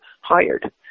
hired